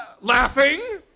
Laughing